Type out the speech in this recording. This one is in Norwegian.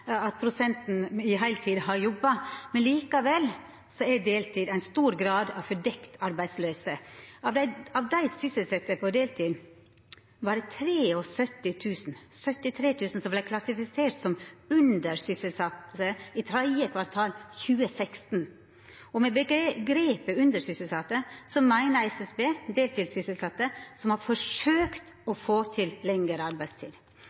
at prosenten heiltidstilsette har auka. Likevel er deltid i stor grad tildekt arbeidsløyse. Av dei sysselsette på deltid var 73 000 klassifiserte som undersysselsette i tredje kvartal 2016. Med omgrepet «undersysselsette» meiner Statistisk sentralbyrå deltidssysselsette som har forsøkt å få lengre arbeidstid.